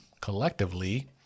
collectively